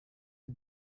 you